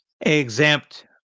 exempt